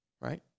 right